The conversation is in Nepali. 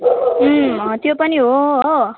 उम् त्यो पनि हो हो